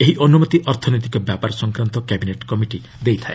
ଏହି ଅନୁମତି ଅର୍ଥନୈତିକ ବ୍ୟାପାର ସଂକ୍ରାନ୍ତ କ୍ୟାବିନେଟ୍ କମିଟି ଦେଇଥାଏ